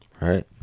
right